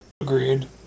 Agreed